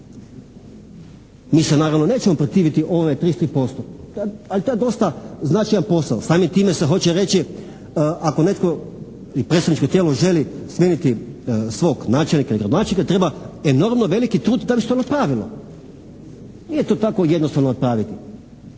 Mi se naravno nećemo protiviti ovih 33%, ali to je dosta značajan posao, samim time se hoće reći ako netko i predstavničko tijelo želi smijeniti svog načelnika i gradonačelnika treba enormno veliki trud da bi se to napravilo. Nije to tako jednostavno napraviti.